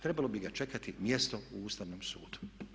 Trebalo bi ga čekati mjesto u Ustavnom sudu.